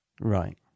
Right